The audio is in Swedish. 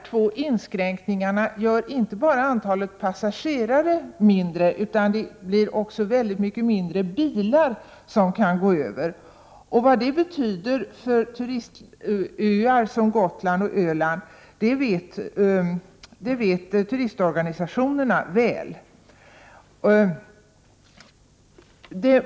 De inskränkningar som skall ske gör inte bara att antalet passagerare blir mindre utan också att mycket färre bilar kan forslas över. Turistorganisationerna vet mycket väl vad detta betyder för turistöar som Öland och Gotland.